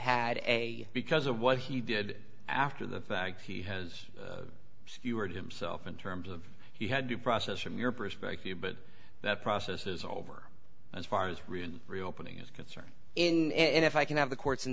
had a because of what he did after the fact he has skewered himself in terms of he had due process from your perspective but that process is over as far as real and reopening is concerned in and if i can have the courts ind